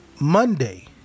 Monday –